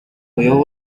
буюу